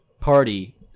party